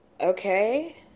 Okay